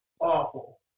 awful